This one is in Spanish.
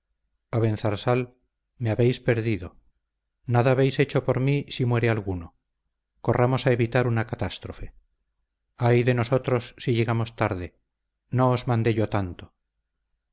salud abenzarsal me habéis perdido nada habéis hecho por mí si muere alguno corramos a evitar una catástrofe ay de nosotros si llegamos tarde no os mandé yo tanto